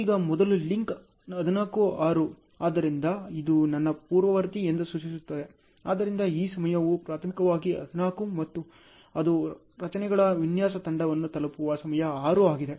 ಈಗ ಮೊದಲ ಲಿಂಕ್ 14 6 ಆದ್ದರಿಂದ ಇದು ನನ್ನ ಪೂರ್ವವರ್ತಿ ಎಂದು ಸೂಚಿಸುತ್ತದೆ ಆದ್ದರಿಂದ ಈ ಸಮಯವು ಪ್ರಾಥಮಿಕವಾಗಿ 14 ಮತ್ತು ಅದು ರಚನೆಗಳ ವಿನ್ಯಾಸ ತಂಡವನ್ನು ತಲುಪುವ ಸಮಯ 6 ಆಗಿದೆ